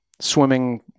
swimming